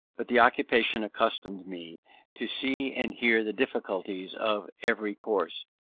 but the occupation accustomed me to see and hear the difficulties of every course,